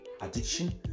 addiction